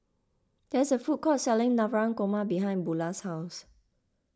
there is a food court selling Navratan Korma behind Beula's house